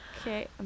Okay